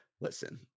Listen